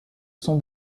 sont